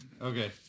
Okay